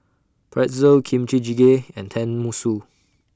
Pretzel Kimchi Jjigae and Tenmusu